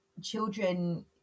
children